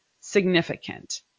significant